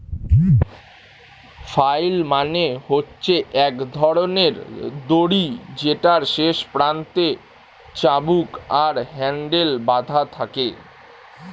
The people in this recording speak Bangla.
ফ্লাইল মানে হচ্ছে এক ধরণের দড়ি যেটার শেষ প্রান্তে চাবুক আর হ্যান্ডেল বাধা থাকে